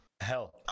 hell